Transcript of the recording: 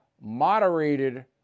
moderated